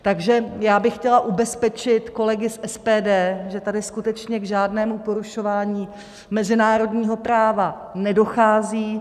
Takže já bych chtěla ubezpečit kolegy z SPD, že tady skutečně k žádnému porušování mezinárodního práva nedochází.